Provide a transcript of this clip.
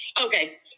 Okay